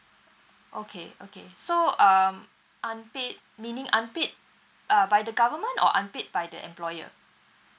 okay okay so um unpaid meaning unpaid uh by the government or unpaid by the employer